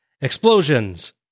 Explosions